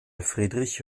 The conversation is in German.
friedrich